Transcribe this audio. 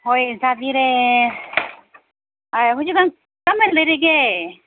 ꯍꯣꯏ ꯆꯥꯕꯤꯔꯦ ꯍꯧꯖꯤꯛꯀꯥꯟ ꯀꯃꯥꯏꯅ ꯂꯩꯔꯤꯒꯦ